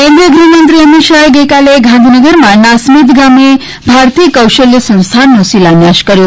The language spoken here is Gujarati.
કેન્દ્રીય ગૃહમંત્રી અમિત શાહે ગઇકાલે ગાંધીનગરમાં નાસ્મેદ ગામે ભારતીય કૌશલ સંસ્થાનનો શિલાન્યાસ કર્યો